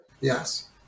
yes